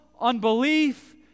unbelief